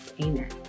Amen